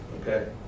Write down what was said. Okay